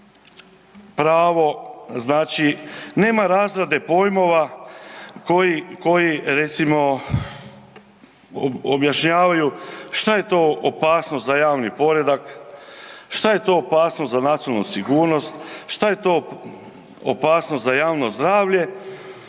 pravo znači nema razrade pojmova koji, koji recimo objašnjavaju šta je to opasnost za javni poredak, šta je to opasnost za nacionalnu sigurnost, šta je to opasnost za javno zdravlje,